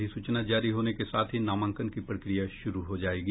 अधिसूचना जारी होने के साथ ही नामांकन की प्रक्रिया शुरू हो जायेगी